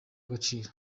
agaciro